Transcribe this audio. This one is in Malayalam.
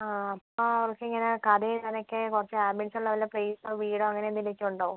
ആ അപ്പം അവർക്ക് ഇങ്ങനെ കഥ എഴുതാനൊക്കെ കുറച്ച് ആംബിയൻസ് ഉള്ള വല്ല പ്ലേസോ വീടോ അങ്ങനെ എന്തെങ്കിലും ഒക്കെ ഉണ്ടോ